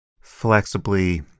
flexibly